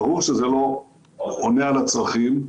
ברור שזה לא עונה על הצרכים.